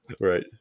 right